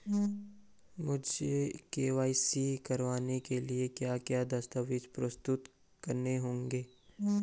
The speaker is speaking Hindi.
मुझे के.वाई.सी कराने के लिए क्या क्या दस्तावेज़ प्रस्तुत करने होंगे?